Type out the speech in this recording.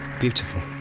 beautiful